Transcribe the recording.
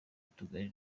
utugari